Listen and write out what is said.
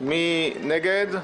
מי נגד?